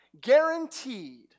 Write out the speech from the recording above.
guaranteed